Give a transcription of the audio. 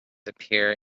appear